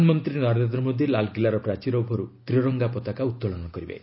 ପ୍ରଧାନମନ୍ତ୍ରୀ ନରେନ୍ଦ୍ର ମୋଦୀ ଲାଲକିଲ୍ଲାର ପ୍ରାଚୀର ଉପରୁ ତ୍ରିରଙ୍ଗା ପତାକା ଉତ୍ତୋଳନ କରିବେ